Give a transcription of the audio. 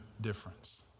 difference